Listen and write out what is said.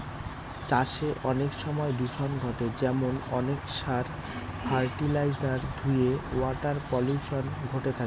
চাষে অনেক সময় দূষন ঘটে যেমন অনেক সার, ফার্টিলাইজার ধূয়ে ওয়াটার পলিউশন ঘটে থাকে